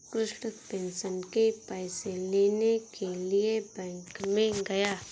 Krishna pension के पैसे लेने के लिए बैंक में गया